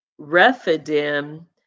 refidim